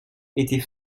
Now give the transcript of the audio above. était